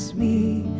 me